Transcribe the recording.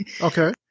Okay